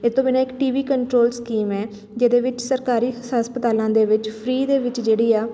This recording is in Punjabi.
ਇਹ ਤੋਂ ਬਿਨਾਂ ਇੱਕ ਟੀ ਬੀ ਕੰਟਰੋਲ ਸਕੀਮ ਹੈ ਜਿਹਦੇ ਵਿੱਚ ਸਰਕਾਰੀ ਹਸਪਤਾਲਾਂ ਦੇ ਵਿੱਚ ਫਰੀ ਦੇ ਵਿੱਚ ਜਿਹੜੀ ਆ